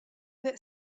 that